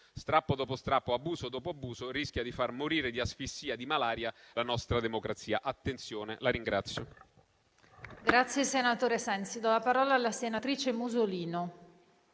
strappo dopo strappo, abuso dopo abuso, rischia di far morire di asfissia e di malaria la nostra democrazia. Attenzione.